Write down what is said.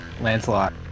Lancelot